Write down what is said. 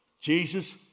Jesus